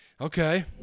Okay